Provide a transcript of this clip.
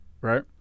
Right